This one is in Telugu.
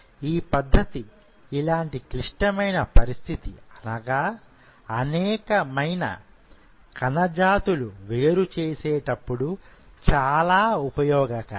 ఈ పద్ధతి ఇలాంటి క్లిష్టమైన పరిస్థితి అనగా అనేకమైన కణ జాతులు వేరు చేసేటప్పుడు చాలా ఉపయోగకారి